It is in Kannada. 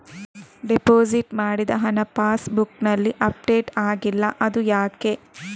ಡೆಪೋಸಿಟ್ ಮಾಡಿದ ಹಣ ಪಾಸ್ ಬುಕ್ನಲ್ಲಿ ಅಪ್ಡೇಟ್ ಆಗಿಲ್ಲ ಅದು ಯಾಕೆ?